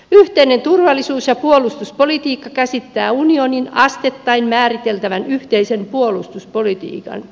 yhteinen turvallisuus ja puolustuspolitiikka käsittää unionin asteittain määriteltävän yhteisen puolustuspolitiikan